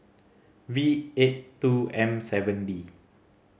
V eight two M seven D